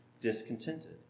discontented